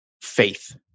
faith